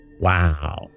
Wow